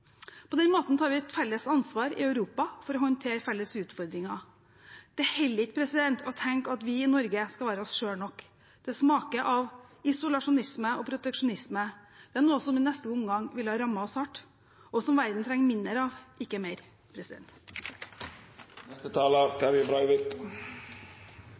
På den måten tar vi et felles ansvar i Europa for å håndtere felles utfordringer. Det holder ikke å tenke at vi i Norge skal være oss selv nok. Det smaker av isolasjonisme og proteksjonisme, noe som i neste omgang ville ha rammet oss hardt, og som verden trenger mindre av, ikke mer.